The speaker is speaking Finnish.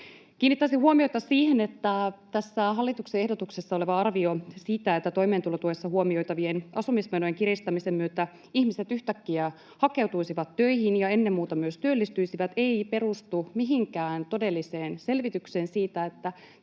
Kiinnittäisin huomiota siihen, että tässä hallituksen ehdotuksessa oleva arvio siitä, että toimeentulotuessa huomioitavien asumismenojen kiristämisen myötä ihmiset yhtäkkiä hakeutuisivat töihin ja ennen muuta myös työllistyisivät, ei perustu mihinkään todelliseen selvitykseen siitä, että